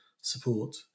support